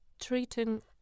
treating